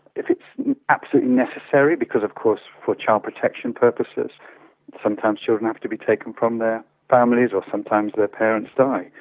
if it's absolutely necessary, because of course for child protection purposes sometimes the children have to be taken from their families or sometimes their parents die,